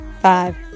five